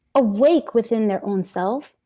awake within their own self,